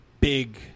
big